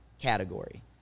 category